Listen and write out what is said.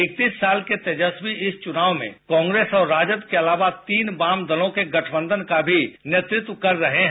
इकतीस साल के तेजस्वी इस चुनाव में कांग्रेस और राजद के अलावा तीन वाम दलों के गठबंधन का भी नेतृत्व कर रहे हैं